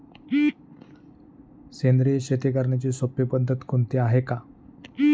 सेंद्रिय शेती करण्याची सोपी पद्धत कोणती आहे का?